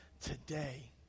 today